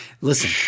Listen